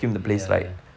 ya ya